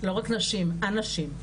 לא רק נשים, אנשים.